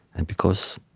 and because